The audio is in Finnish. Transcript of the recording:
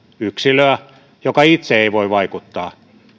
yksilöä joka itse ei voi vaikuttaa